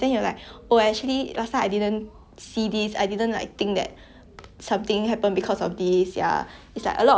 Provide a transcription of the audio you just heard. it's like a lot of hidden meanings that we couldn't appreciate when you were younger ya ya ya ya so